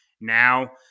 Now